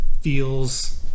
feels